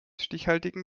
stichhaltigen